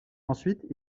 ensuite